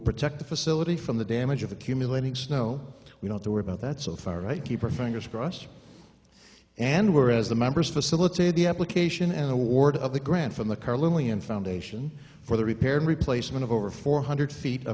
protect the facility from the damage of accumulating snow we know there were about that so far right keep our fingers crossed and were as the members facilitate the application and award of the grant from the carly and foundation for the repaired replacement of over four hundred feet